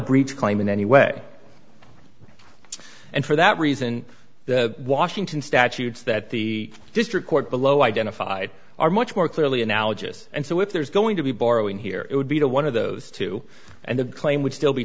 breach claim in any way and for that reason the washington statutes that the district court below identified are much more clearly analogous and so if there's going to be borrowing here it would be to one of those two and the claim would still be